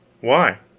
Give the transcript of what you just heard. why?